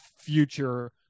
future